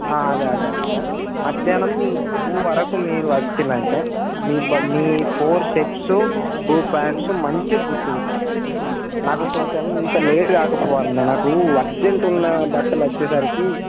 అదే అదే అదే సార్ మధ్యాహ్నం టూ వరకు మీరు వచ్చారంటే మీ ఫోర్ షర్ట్స్ టూ ప్యాంట్స్ మంచిగా కుట్టి ఉంచుతాను నాకు కొంచెం ఇంకా లేట్ కాకపోదును అన్నా నాకు అర్జెంట్ ఉన్న బట్టలు వచ్చేసరికి